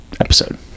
episode